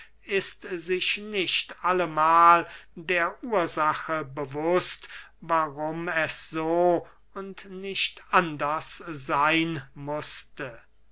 ist sich nicht alle mahl der ursache bewußt warum es so und nicht anders seyn mußte